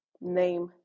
name